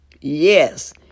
Yes